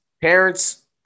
Parents